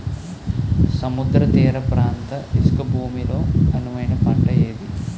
సముద్ర తీర ప్రాంత ఇసుక భూమి లో అనువైన పంట ఏది?